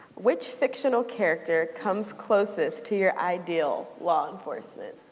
which fictional character comes closest to your ideal law enforcement